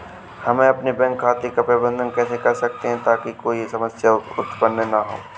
हम अपने बैंक खाते का प्रबंधन कैसे कर सकते हैं ताकि कोई समस्या उत्पन्न न हो?